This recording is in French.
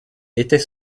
était